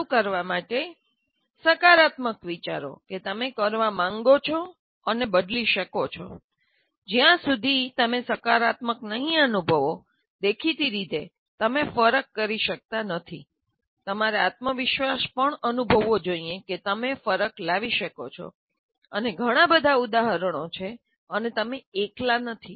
શરૂ કરવા માટે સકારાત્મક વિચારો કે તમે 'કરવા માંગો છો 'અને 'બદલી શકો છોં' જ્યાં સુધી તમે સકારાત્મક નહીં અનુભવો દેખીતી રીતે તમે ફરક કરી શકતા નથી તમારે આત્મવિશ્વાસ પણ અનુભવવો જોઈએ કે તમે ફરક લાવી શકો છો અને ઘણા બધા ઉદાહરણો છે અને તમે એકલા નથી